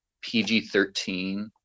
PG-13